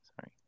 Sorry